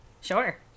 sure